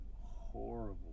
horrible